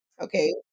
Okay